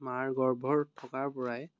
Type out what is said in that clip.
মাৰ গৰ্ভত থকাৰ পৰাই